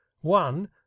one